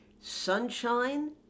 sunshine